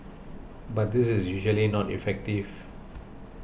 but this is usually not effective